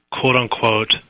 quote-unquote